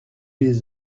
des